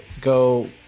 go